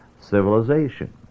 civilization